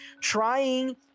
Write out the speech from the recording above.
trying